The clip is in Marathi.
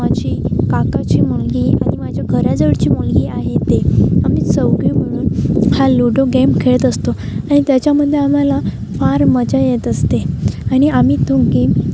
माझी काकाची मुलगी आणि माझ्या घराजवळची मुलगी आहे ते आम्ही चौघे मिळून हा लूडो गेम खेळत असतो आणि त्याच्यामध्ये आम्हाला फार मजा येत असते आणि आम्ही तो गेम